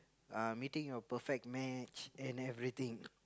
uh meeting your perfect match and everything